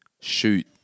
shoot